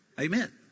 Amen